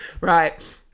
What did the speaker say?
right